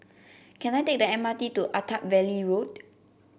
can I take the M R T to Attap Valley Road